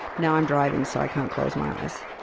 now i'm driving so i can't close my eyes.